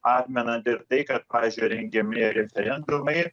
atmenant ir tai kad pavyzdžiui rengiami referendumai